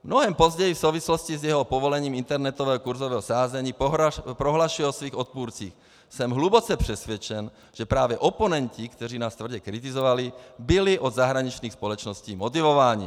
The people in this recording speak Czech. Mnohem později v souvislosti s jeho povolením internetového kursového sázení prohlašuje o svých odpůrcích: Jsem hluboce přesvědčen, že právě oponenti, kteří nás tvrdě kritizovali, byli od zahraničních společností motivováni.